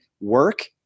work